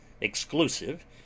exclusive